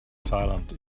silent